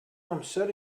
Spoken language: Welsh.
amser